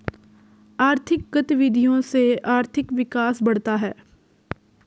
आर्थिक गतविधियों से आर्थिक विकास बढ़ता है